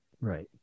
Right